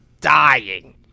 dying